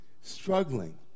struggling